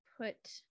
put